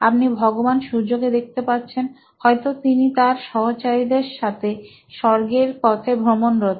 আপনি ভগবান সূর্যকে দেখতে পাচ্ছেন হয়তো তিনি তার সহচারীদের সাথে স্বর্গের পথে ভ্রমণরত